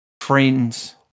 Friends